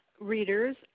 readers